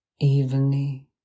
evenly